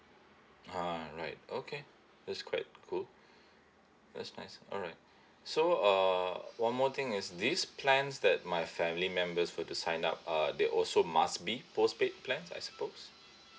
ah right okay that's quite cool that's nice alright so uh one more thing is these plans that my family members were to sign up uh they also must be postpaid plan I supposed